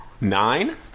Nine